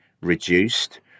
reduced